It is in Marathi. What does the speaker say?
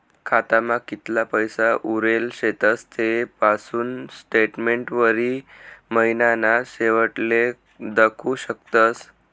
खातामा कितला पैसा उरेल शेतस ते आपुन स्टेटमेंटवरी महिनाना शेवटले दखु शकतस